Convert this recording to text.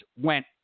went